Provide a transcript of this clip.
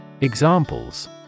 Examples